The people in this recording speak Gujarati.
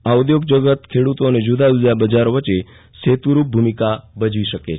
આ ઉઘોગ જગત ખેડૂતો અને જુદાજુદા બજારો વચ્ચે સેતુરૂપ ભૂમિકા ભજવી શકે છે